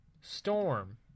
Storm